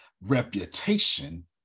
reputation